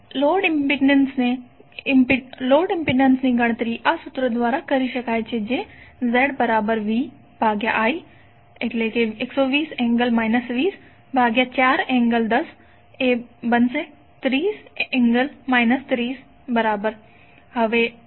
તો load impedance ની ગણતરી આ સૂત્ર દ્વારા કરી શકાય છે કે જે ZVI120∠ 204∠1030∠ 3025